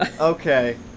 Okay